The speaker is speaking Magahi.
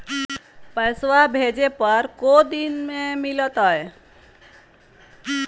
पैसवा भेजे पर को दिन मे मिलतय?